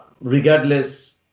regardless